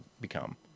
become